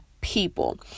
people